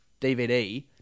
DVD